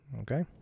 Okay